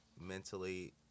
mentally